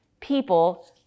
people